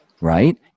right